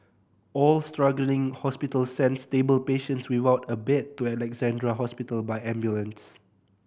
all struggling hospitals sent stable patients without a bed to Alexandra Hospital by ambulance